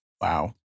Wow